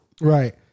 Right